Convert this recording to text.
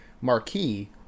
marquee